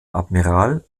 admiral